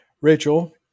Rachel